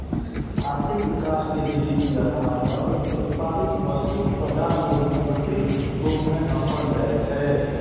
आर्थिक विकास कें जी.डी.पी आधार पर उत्पादित वस्तुक बाजार मूल्य मे वृद्धिक रूप मे नापल जाइ छै